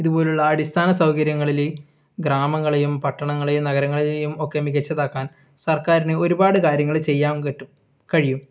ഇതുപോലുള്ള അടിസ്ഥാന സൗകര്യങ്ങളിൽ ഗ്രാമങ്ങളെയും പട്ടണങ്ങളെയും നഗരങ്ങളെയും ഒക്കെ മികച്ചതാക്കാൻ സർക്കാരിന് ഒരുപാട് കാര്യങ്ങൾ ചെയ്യാൻ പറ്റും കഴിയും